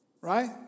right